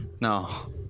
no